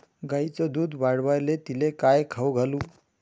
गायीचं दुध वाढवायले तिले काय खाऊ घालू?